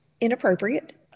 inappropriate